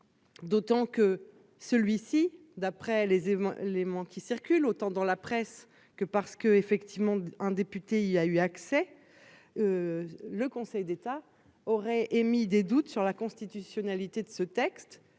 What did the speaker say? D'autant que celui-ci, d'après les éléments les mots qui circulent, autant dans la presse que parce que effectivement un député, il a eu accès. Le Conseil d'État aurait émis des doutes sur la constitutionnalité de ce texte